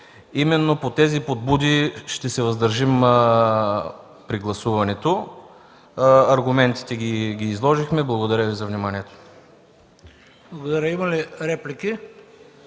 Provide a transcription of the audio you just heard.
Именно по тези подбуди ще се въздържим при гласуването. Аргументите ги изложихме. Благодаря Ви за вниманието. ПРЕДСЕДАТЕЛ ХРИСТО